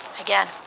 Again